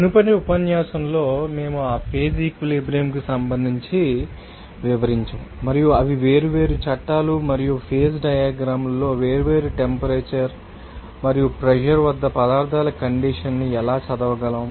మునుపటి ఉపన్యాసంలో మేము ఆ ఫేజ్ ఈక్వలెబ్రియంకు సంబంధించి వివరించాము మరియు అవి వేర్వేరు చట్టాలు మరియు ఫేజ్ డయాగ్రమ్ లో వేర్వేరు టెంపరేచర్ మరియు ప్రెషర్ వద్ద పదార్థాల కండీషన్ ని ఎలా చదవగలం